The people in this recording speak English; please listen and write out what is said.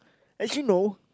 actually no